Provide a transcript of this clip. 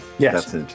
Yes